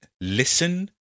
Listen